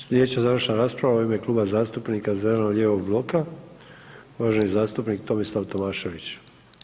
Sljedeća završna rasprava u ime Kluba zastupnika Zeleno-lijevog bloka uvaženi zastupnik Tomislav Tomašević.